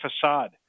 facade